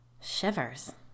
Shivers